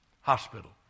hospital